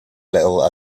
little